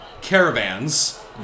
caravans